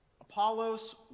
Apollos